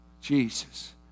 Jesus